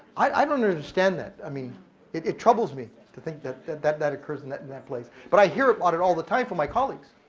i don't understand that. i mean it it troubles me to think that that that occurs in that and that place, but i hear about it all the time from my colleagues.